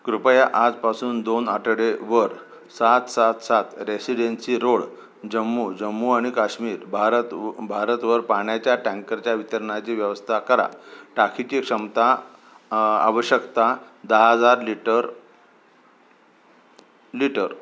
कृपया आजपासून दोन आठवड्यावर सात सात सात रेसिडेन्सी रोड जम्मू जम्मू आणि काश्मीर भारत भारतवर पाण्याच्या टँकरच्या वितरणाची व्यवस्था करा टाकीची क्षमता आवश्यकता दहा हजार लिटर लिटर